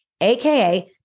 aka